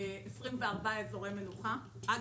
24 אזורי מנוחה; אגב,